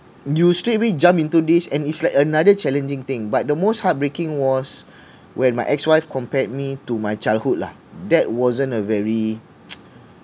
you straight away jump into this and it's like another challenging thing but the most heartbreaking was when my ex wife compared me to my childhood lah that wasn't a very